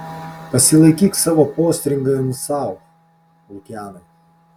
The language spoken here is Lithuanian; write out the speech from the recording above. pasilaikyk savo postringavimus sau lukianai